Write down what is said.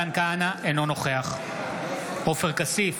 אינו נוכח עופר כסיף,